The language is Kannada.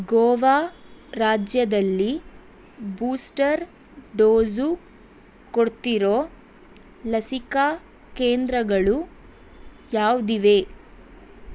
ಗೋವಾ ರಾಜ್ಯದಲ್ಲಿ ಬೂಸ್ಟರ್ ಡೋಸ್ ಕೊಡ್ತಿರೋ ಲಸಿಕಾ ಕೇಂದ್ರಗಳು ಯಾವುದಿವೆ